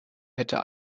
hätte